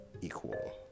equal